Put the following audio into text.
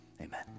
amen